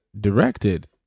directed